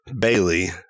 Bailey